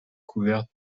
couverte